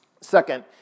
Second